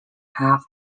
half